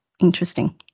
interesting